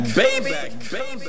baby